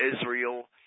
Israel